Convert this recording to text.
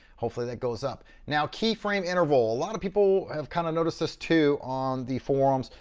hopefully that goes up. now keyframe interval, a lot of people have kinda noticed this too on the forums,